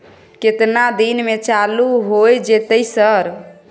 केतना दिन में चालू होय जेतै सर?